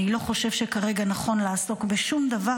אני לא חושב שכרגע נכון לעסוק בשום דבר